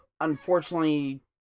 unfortunately